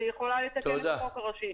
היא יכולה לתקן את החוק הראשי.